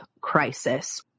crisis